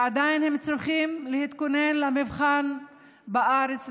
הם עדיין צריכים להתכונן למבחן בארץ,